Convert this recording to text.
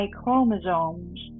chromosomes